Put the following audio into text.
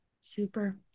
Super